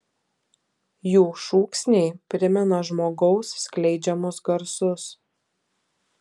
jų šūksniai primena žmogaus skleidžiamus garsus